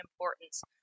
importance